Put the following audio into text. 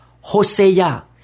Hosea